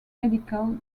medical